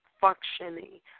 functioning